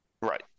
Right